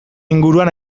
inguruan